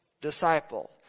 disciple